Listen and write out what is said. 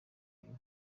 uyu